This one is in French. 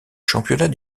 championnats